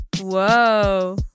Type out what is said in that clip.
Whoa